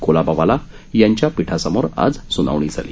कोलाबावाला याच्या पीठासमोर आज सूनावणी झाली